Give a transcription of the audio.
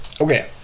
Okay